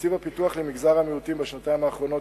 תקציב הפיתוח למגזר המיעוטים בשנתיים האחרונות